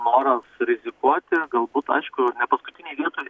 noras rizikuoti galbūt aišku ne paskutinėj vietoj